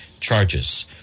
charges